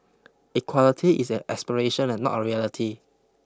equality is an aspiration not a reality